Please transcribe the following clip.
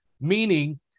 meaning